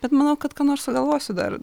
bet manau kad ką nors sugalvosiu dar